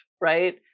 right